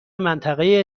منطقه